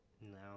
No